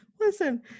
Listen